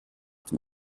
dem